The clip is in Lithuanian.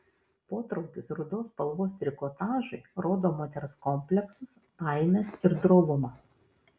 potraukis rudos spalvos trikotažui rodo moters kompleksus baimes ir drovumą